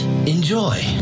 Enjoy